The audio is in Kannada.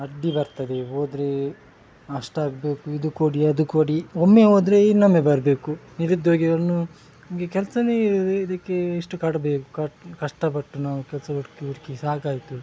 ಅಡ್ಡಿ ಬರ್ತದೆ ಹೋದರೆ ಅಷ್ಟಾಗಬೇಕು ಇದು ಕೊಡಿ ಅದು ಕೊಡಿ ಒಮ್ಮೆ ಹೋದರೆ ಇನ್ನೊಮ್ಮೆ ಬರಬೇಕು ನಿರುದ್ಯೋಗಿಗಳನ್ನು ನಮಗೆ ಕೆಲಸನೇ ಇದಕ್ಕೆ ಎಷ್ಟು ಕೊಡಬೇಕು ಕಟ್ ಕಷ್ಟಪಟ್ಟು ನಾವು ಕೆಲಸ ಹುಡುಕಿ ಹುಡುಕಿ ಸಾಕಾಯಿತು